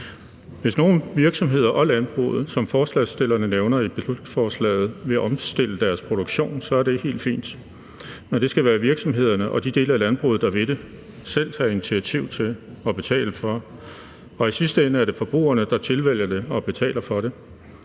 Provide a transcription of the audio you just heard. Hvis nogle virksomheder og landbruget, som forslagsstillerne nævner i beslutningsforslaget, vil omstille deres produktion, så er det helt fint. Men det skal virksomhederne og de dele af landbruget, der vil det, selv tage initiativ til og betale for. Og i sidste ende er det forbrugerne, der tilvælger det og betaler for det.